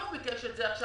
אם הוא ביקש את זה עכשיו,